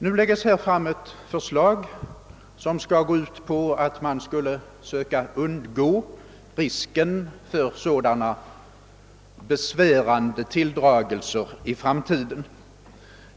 Nu läggs här fram ett förslag, som skall gå ut på att man skulle försöka undgå risken för sådana besvärande tilldragelser i framtiden.